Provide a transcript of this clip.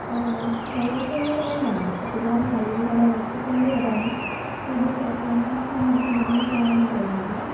പ്രയോജനമാകും പിള്ളേരെ കഴിവുകൾ വളർത്തിക്കൊണ്ട് വരാനും ഇതു ക്ഷേത്രാങ്കണത്തിൽ മാത്രം ഒതുങ്ങിപ്പോകാനുള്ള ഒന്നല്ല